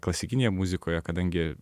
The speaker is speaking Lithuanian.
klasikinėje muzikoje kadangi